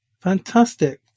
Fantastic